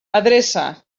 adreça